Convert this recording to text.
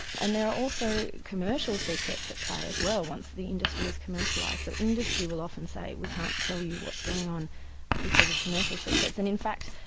and there are also commercial secrets at play as well, once the industry is commercialised. so, industry will often say, we can't tell you what's going on because of commercial secrets. and in fact,